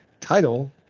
title